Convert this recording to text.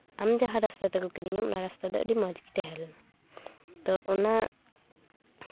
ᱟᱢ ᱡᱟᱦᱟᱸ ᱨᱟᱥᱛᱟ ᱛᱮᱢ ᱟᱹᱜᱩ ᱠᱤᱫᱤᱧᱟ ᱚᱱᱟ ᱨᱟᱥᱛᱟ ᱫᱚ ᱟᱹᱰᱤ ᱢᱚᱡᱽ ᱜᱮ ᱛᱟᱦᱮᱸ ᱞᱮᱱᱟ ᱛᱚ ᱚᱱᱟ